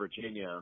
Virginia